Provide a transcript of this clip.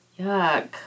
Yuck